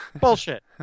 Bullshit